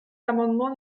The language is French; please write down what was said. l’amendement